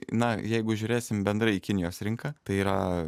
na jeigu žiūrėsim bendrai į kinijos rinką tai yra